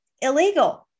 illegal